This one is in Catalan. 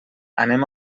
anem